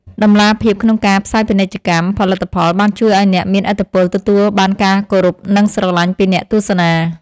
តម្លាភាពក្នុងការផ្សាយពាណិជ្ជកម្មផលិតផលបានជួយឱ្យអ្នកមានឥទ្ធិពលទទួលបានការគោរពនិងស្រឡាញ់ពីអ្នកទស្សនា។